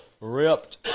Ripped